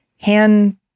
hand